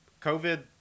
covid